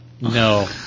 No